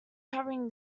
covering